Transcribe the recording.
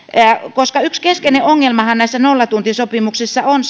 yksi keskeinen ongelma näissä nollatuntisopimuksissa on